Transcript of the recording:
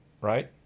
right